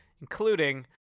including